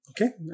Okay